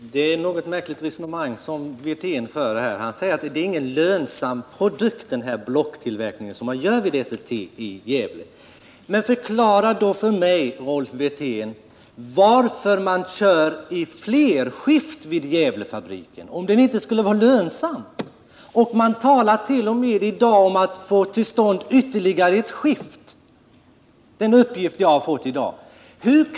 Herr talman! Det är ett något märkligt resonemang som Rolf Wirtén för här. Han säger att blocktillverkningen vid Esselte i Gävle inte är lönsam. Men förklara då för mig: Varför kör man i flerskift vid Gävlefabriken om produkten inte skulle vara lönsam? Man talar i dag t.o.m. om att få till stånd ytterligare ett skift — det är en uppgift jag fått i dag.